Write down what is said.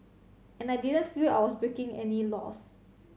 and I didn't feel I was breaking any laws